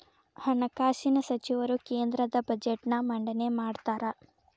ಹಣಕಾಸಿನ ಸಚಿವರು ಕೇಂದ್ರದ ಬಜೆಟ್ನ್ ಮಂಡನೆ ಮಾಡ್ತಾರಾ